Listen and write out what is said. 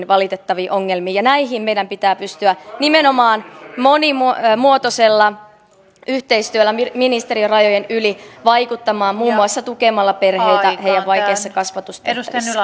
valitettaviin ongelmiin näihin meidän pitää pystyä nimenomaan monimuotoisella yhteistyöllä ministeriörajojen yli vaikuttamaan muun muassa tukemalla perheitä heidän vaikeissa kasvatustehtävissään